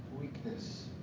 weakness